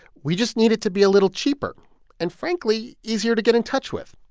we just need it to be a little cheaper and, frankly, easier to get in touch with.